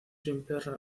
simple